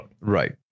Right